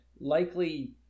likely